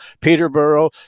Peterborough